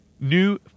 new